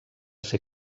ser